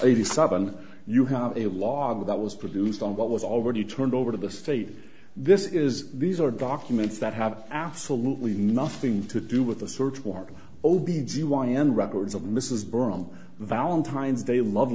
eighty seven you have a law that was produced on what was already turned over to the state this is these are documents that have absolutely nothing to do with the search warrant o b g y n records of mrs brown valentine's day love